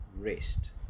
rest